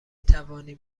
توانیم